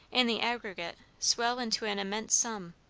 in the aggregate, swell into an immense sum,